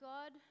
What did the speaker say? God